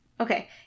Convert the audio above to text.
Okay